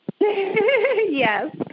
Yes